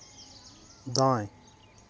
दाएँ